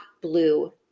blue